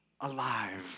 alive